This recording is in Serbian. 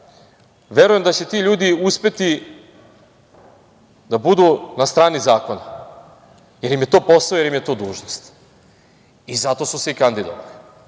verujem da će ti ljudi uspeti da budu na strani zakona, jer im je to posao, jer im je to dužnost. Zato su se i kandidovali.